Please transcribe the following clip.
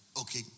Okay